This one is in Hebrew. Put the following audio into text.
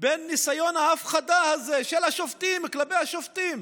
של ניסיון ההפחדה הזה כלפי השופטים,